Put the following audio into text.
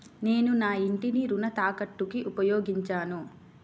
నేను నా ఇంటిని రుణ తాకట్టుకి ఉపయోగించాను